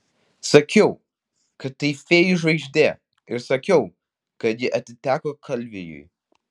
sakiau kad tai fėjų žvaigždė ir sakiau kad ji atiteko kalviui